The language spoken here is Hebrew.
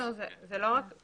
אבל תומר, זה לא בהכרח.